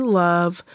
love